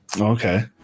Okay